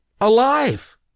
alive